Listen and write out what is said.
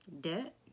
debt